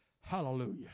Hallelujah